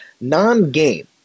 non-game